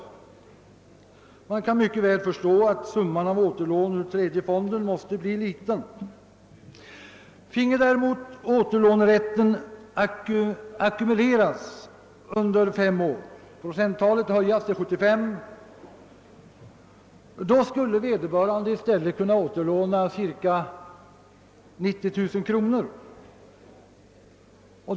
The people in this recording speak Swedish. Man kan mycket väl förstå att summan av återlån ur tredje fonden måste bli liten. Finge däremot återlånerätten ackumuleras under fem år och procenttalet höjas till 75 skulle vederbörande i stället kunna återlåna cirka 90 000 kronor.